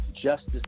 justice